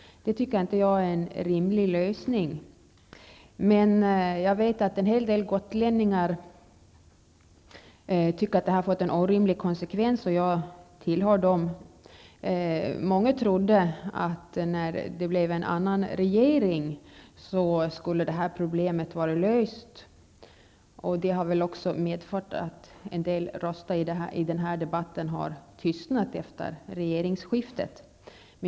Det tycker jag inte är en rimlig lösning. Jag vet att en hel del gotlänningar tycker att denna sekretessbestämmelse har fått en orimlig konsekvens, och jag tillhör dem. Många trodde att detta problem skulle lösas när det blev en annan regering. Det har nog medfört att en del röster i denna debatt har tystnat efter regeringsskiftet.